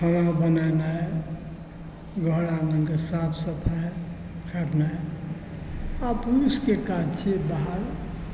खाना बनेनाए घर आङ्गनके साफ सफाइ करनाए आओर पुरुषके काज छै बाहर